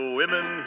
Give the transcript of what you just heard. women